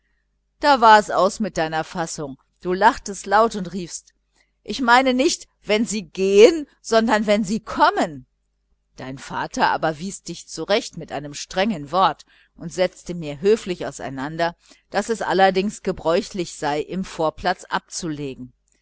da war es aus mit deiner fassung du lachtest laut und riefst ich meine nicht wenn sie gehen sondern wenn sie kommen dein vater aber wies dich zurecht mit einem strengen wort und setzte mir höflich auseinander daß es allerdings gebräuchlich sei im vorplatz abzulegen